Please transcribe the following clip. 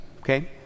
Okay